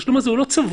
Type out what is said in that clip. התשלום הזה לא צבוע.